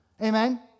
Amen